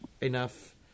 enough